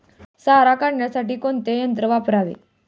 सारा काढण्यासाठी कोणते यंत्र वापरावे?